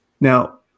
Now